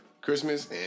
Christmas